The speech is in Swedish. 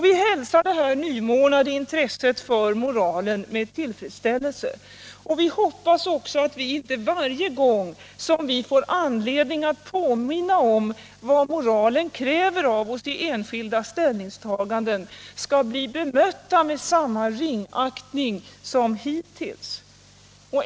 Vi hälsar det nymornade intresset för moral med tillfredsställelse, och vi hoppas också att vi inte varje gång vi får anledning att påminna om vad moralen kräver av oss i enskilda ställningstaganden skall bli bemötta med samma ringaktning som hittills.